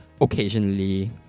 occasionally